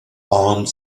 armed